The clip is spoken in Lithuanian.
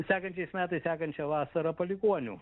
sekančiais metais sekančią vasarą palikuonių